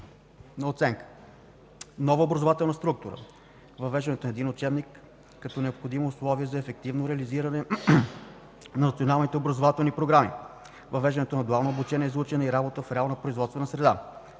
оценка; - нова образователна структура; - въвеждането на един учебник, като необходимо условие за ефективно реализиране на националните образователни програми; - въвеждане на дуално обучение за учене и работа в реална производствена среда;